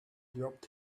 dropped